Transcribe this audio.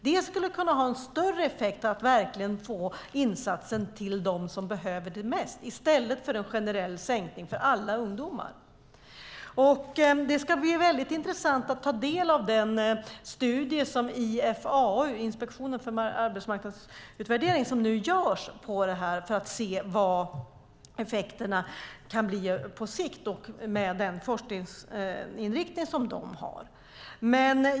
Det skulle kunna få en större effekt och verkligen få insatsen till dem som behöver det mest i stället för en generell sänkning för alla ungdomar. Det ska bli väldigt intressant att ta del av den studie som IFAU, Institutet för arbetsmarknads och utbildningspolitisk utvärdering, nu gör för att se vad effekterna kan bli på sikt med den forskningsinriktning som den har.